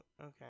okay